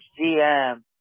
GM